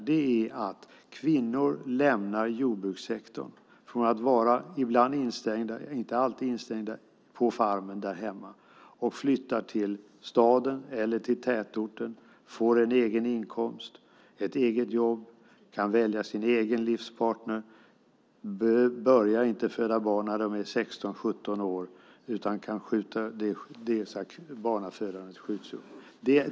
Det är att kvinnor lämnar jordbrukssektorn. Från att vara ibland instängda på farmen där hemma flyttar de till staden eller tätorten, får en egen inkomst, ett eget jobb och kan välja sin egen livspartner. De börjar inte föda barn när de är 16-17 år, utan barnafödandet skjuts upp.